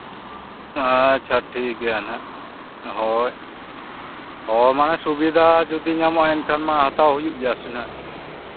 ᱟᱪᱪᱷᱟ ᱴᱷᱤᱠ ᱜᱮᱭᱟ ᱦᱟᱸᱜ ᱦᱳᱭ ᱦᱳᱭ ᱢᱟᱱᱮ ᱥᱩᱵᱤᱫᱷᱟ ᱡᱩᱫᱤ ᱧᱟᱢᱚᱜᱼᱟ ᱮᱱᱠᱷᱟᱱ ᱢᱟ ᱦᱟᱛᱟᱣ ᱦᱩᱭᱩᱜ ᱜᱮᱭᱟ ᱥᱮ ᱦᱟᱸᱜ